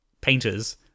painters